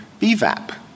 BVAP